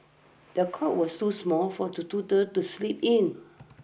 the cot was too small for the toddler to sleep in